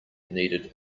needed